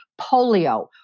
polio